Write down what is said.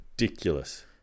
Ridiculous